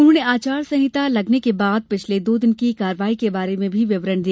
उन्होंने आचार संहिता लगने के बाद पिछले दो दिन की कार्यवाही के बारे में भी विवरण दिया